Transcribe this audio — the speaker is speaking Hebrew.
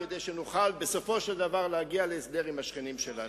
כדי שנוכל בסופו של דבר להגיע להסדר עם השכנים שלנו.